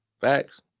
Facts